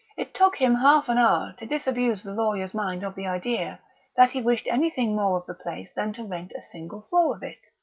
it took him half an hour to disabuse the lawyer's mind of the idea that he wished anything more of the place than to rent a single floor of it.